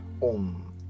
on